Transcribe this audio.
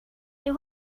est